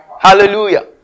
Hallelujah